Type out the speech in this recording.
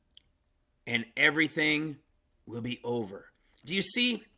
and everything will be over do you see?